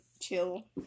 chill